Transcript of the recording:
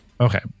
okay